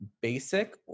basic